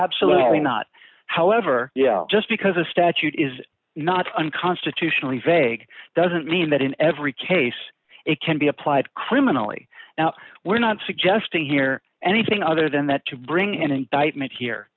absolutely not however just because a statute is not unconstitutionally vague doesn't mean that in every case it can be applied criminally now we're not suggesting here anything other than that to bring an